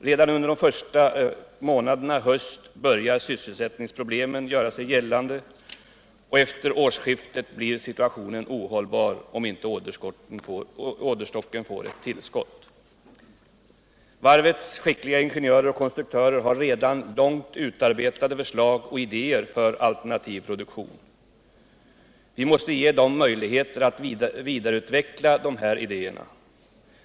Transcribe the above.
Redan under de första månaderna i höst börjar sysselsättningsproblemen göra sig gällande, och efter årsskiftet blir situationen ohållbar om inte orderstocken får tillskott. Varvets skickliga ingenjörer och konstruktörer har redan långt utarbetade förslag och idéer för alternativ produktion. Vi måste ge dem möjligheter att vidareutveckla dessa idéer.